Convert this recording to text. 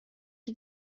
chi